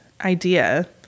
idea